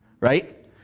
right